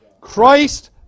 Christ